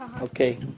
Okay